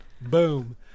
Boom